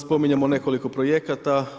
Spominjemo nekoliko projekata.